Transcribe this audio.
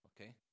Okay